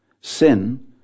Sin